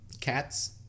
Cats